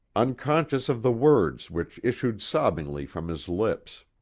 unconscious of the words which issued sobbingly from his lips.